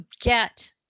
get